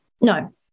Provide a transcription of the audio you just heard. No